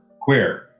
queer